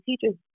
teachers